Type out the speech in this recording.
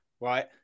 right